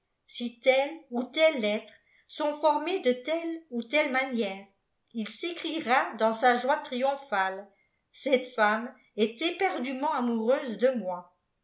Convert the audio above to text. si telles ou telles lettres sont formées de telles ou telles manières il s'écrie dans sa joie triomphale cette femme est éperdument amoureuse de moi